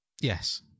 Yes